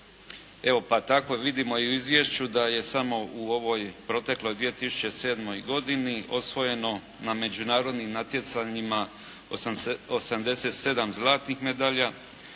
Evo, pa tako vidimo i u izvješću da je samo u ovoj protekloj 2007. godini osvojeno na međunarodnim natjecanjima 87 zlatnih medalja,